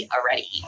already